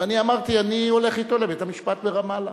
ואני אמרתי: אני הולך אתו לבית-המשפט ברמאללה,